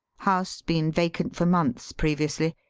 house been vacant for months previously.